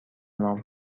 نام